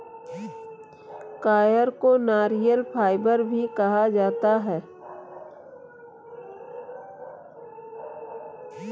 coir को नारियल fibre भी कहा जाता है